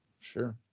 sure